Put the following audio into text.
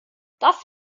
das